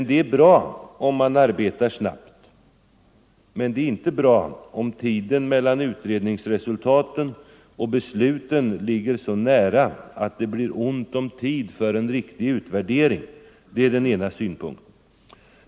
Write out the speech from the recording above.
Det är bra att man arbetar snabbt, men det är inte bra om tiden mellan framläggandet av utredningens resultat och besluten ligger så nära att det blir ont om tid för en riktig utvärdering. Det är den ena synpunkten.